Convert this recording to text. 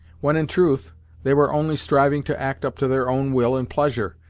when in truth they were only striving to act up to their own will and pleasure,